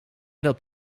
dat